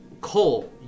Cole